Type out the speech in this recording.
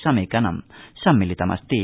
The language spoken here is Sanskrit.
समेकनं सम्मिलितमस्ति